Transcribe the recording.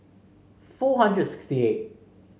four hundred sixty eighth